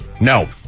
No